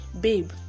babe